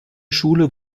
schule